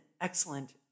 excellent